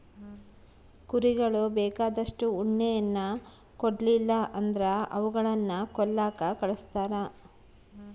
ಕುರಿಗಳು ಬೇಕಾದಷ್ಟು ಉಣ್ಣೆಯನ್ನ ಕೊಡ್ಲಿಲ್ಲ ಅಂದ್ರ ಅವುಗಳನ್ನ ಕೊಲ್ಲಕ ಕಳಿಸ್ತಾರ